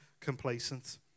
complacent